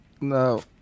No